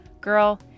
Girl